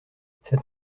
c’est